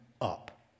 up